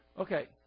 Okay